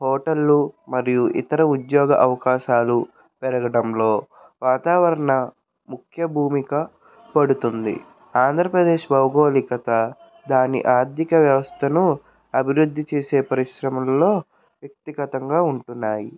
హోటల్లు మరియు ఇతర ఉద్యోగ అవకాశాలు పెరగడంలో వాతావరణ ముఖ్య భూమిక పడుతుంది ఆంధ్రప్రదేశ్ భౌగోళికత దాని ఆర్థిక వ్యవస్థను అభివృద్ధి చేసే పరిశ్రమల్లో వ్యక్తిగతంగా ఉంటున్నాయి